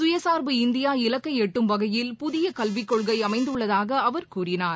சுயசார்பு இந்தியா இலக்கை எட்டும் வகையில் புதிய கல்விக் கொள்கை அமைந்துள்ளதாக அவர் கூறினார்